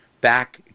back